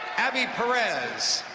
abbie perez,